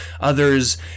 others